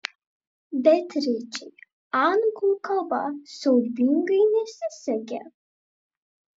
beatričei anglų kalba siaubingai nesisekė